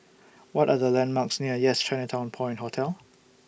What Are The landmarks near Yes Chinatown Point Hotel